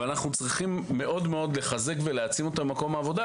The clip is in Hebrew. ואנחנו צריכים מאוד מאוד לחזק ולהעצים אותם במקום העבודה.